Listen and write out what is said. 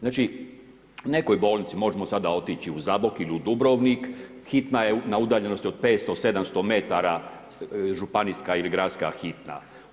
Znači, nekoj bolnici, možemo sada otići u Zabok ili u Dubrovnik, hitna je na udaljenosti od 500-700 metara, županijska ili gradska hitna.